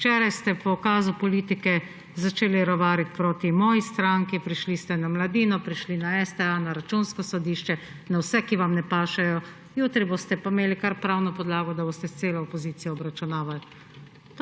Včeraj ste pokazali politike, začeli rovariti proti moji stranki, prešli ste na Mladino, prišli na STA, na Računsko sodišče, na vse, ki vam ne pašejo. Jutri boste pa imeli kar pravno podlago, da boste s celo opozicijo obračunavali.